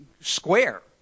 square